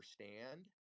understand